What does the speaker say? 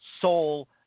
Soul